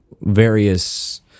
various